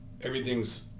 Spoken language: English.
everything's